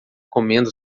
comendo